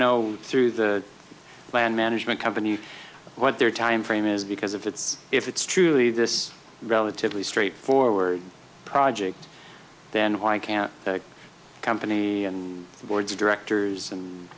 know through the land management company what their timeframe is because if it's if it's truly this relatively straightforward project then why can't the company and the boards of directors and